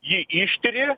jį ištiri